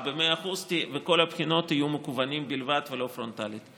במאה אחוז וכל הבחינות יהיו מקוונים בלבד ולא פרונטליים.